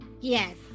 Yes